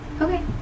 Okay